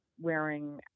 wearing